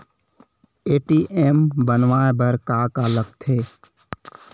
ATM बनवाय बर का का लगथे?